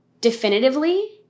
definitively